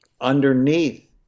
Underneath